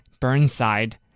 Burnside